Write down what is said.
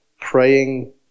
praying